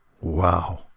Wow